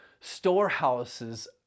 storehouses